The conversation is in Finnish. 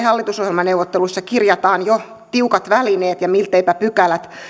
hallitusohjelmaneuvotteluissa kirjataan jo tiukat välineet ja milteipä pykälät